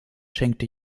schenkte